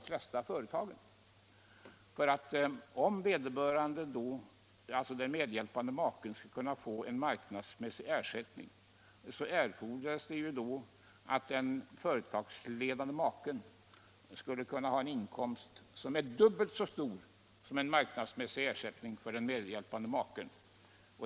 För att vederbörande skall kunna få en marknadsmässig ersättning erfordras att den företagsledande maken har en inkomst som är dubbelt så stor som den marknadsmässiga ersättningen för den medhjälpande maken.